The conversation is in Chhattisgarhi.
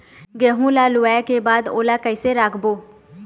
गेहूं ला लुवाऐ के बाद ओला कइसे राखबो?